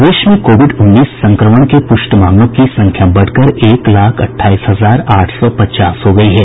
प्रदेश में कोविड उन्नीस संक्रमण के पुष्ट मामलों की संख्या बढ़कर एक लाख अठाईस हजार आठ सौ पचास हो गयी है